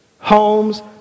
Homes